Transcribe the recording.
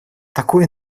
такое